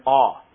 awe